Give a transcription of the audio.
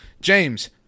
james